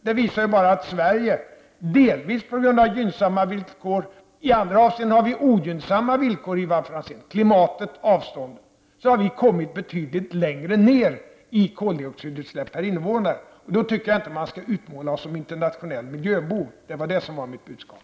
Det visar bara att Sverige delvis på grund av gynnsamma villkor — men i andra avseenden har vi ogynnsamma villkor, Ivar Franzén, med tanke på klimat och avstånd — har kommit betydligt längre när det gäller att nedbringa koldioxidutsläppen per invånare. Därför tycker jag inte att man skall utmåla oss som en internationell miljöbov. Det var det som var mitt budskap.